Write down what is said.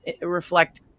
reflect